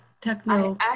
techno